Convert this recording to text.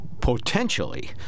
potentially